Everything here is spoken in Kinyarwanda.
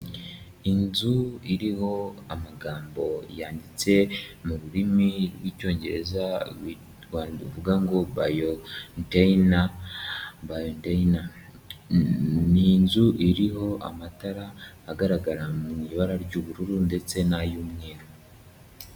Inzu iriho amagambo yanditse mu rurimi rw'icyongereza uvuga ngo bayodeyina. Ni inzu iriho amatara agaragara mu ibara ry'ubururu ndetse n'ay'umweru.